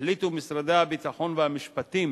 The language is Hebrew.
החליטו משרדי הביטחון והמשפטים